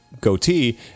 goatee